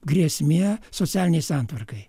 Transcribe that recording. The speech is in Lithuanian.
grėsmė socialinei santvarkai